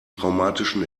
traumatischen